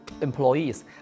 employees